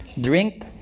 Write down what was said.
drink